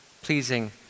pleasing